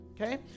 okay